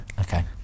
okay